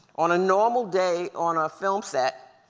on a normal day on a film set,